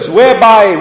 whereby